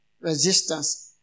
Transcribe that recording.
resistance